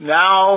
now